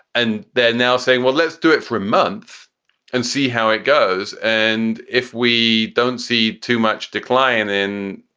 and they're now saying, well, let's do it for a month and see how it goes. and if we don't see too much decline in,